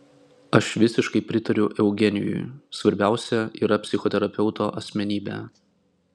aš visiškai pritariu eugenijui svarbiausia yra psichoterapeuto asmenybė